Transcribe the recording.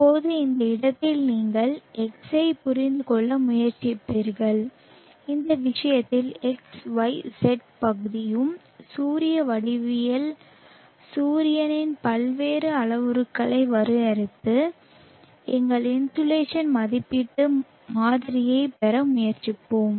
இப்போது இந்த இடத்தில் நீங்கள் X ஐப் புரிந்து கொள்ள முயற்சிப்பீர்கள் இந்த விஷயத்தில் X Y Z பகுதியும் சூரிய வடிவவியலின் சூரியனின் பல்வேறு அளவுருக்களை வரையறுத்து எங்கள் இன்சோலேஷன் மதிப்பீட்டு மாதிரியைப் பெற முயற்சிப்போம்